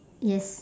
yes